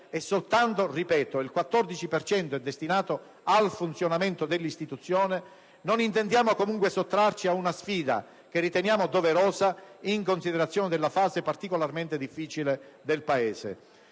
- soltanto il 14 per cento è destinato al funzionamento dell'istituzione, non intendiamo comunque sottrarci ad una sfida che riteniamo doverosa in considerazione della fase particolarmente difficile del Paese.